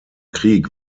krieg